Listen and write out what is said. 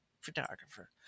Photographer